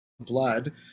blood